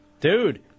Dude